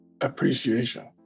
appreciation